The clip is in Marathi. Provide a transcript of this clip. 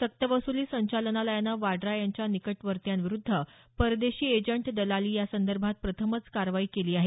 सक्तवसुली संचालनालयानं वाड्रां यांच्या निकटवर्तियांविरुद्ध परदेशी एजंट दलाली संदर्भात प्रथमच कारवाई केली आहे